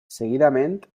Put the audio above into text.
seguidament